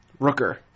Rooker